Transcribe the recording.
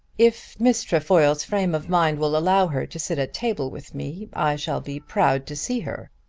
if miss trefoil's frame of mind will allow her to sit at table with me i shall be proud to see her,